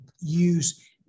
use